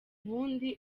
ubundi